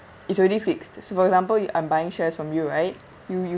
it's already fixed so for example you I'm buying shares from you right you you